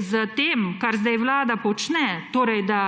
s tem, kar zdaj Vlada počne, torej da